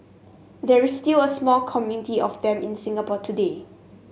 there is still a small community of them in Singapore today